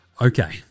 Okay